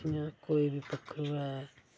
जियां कोई बी पक्खरु ऐ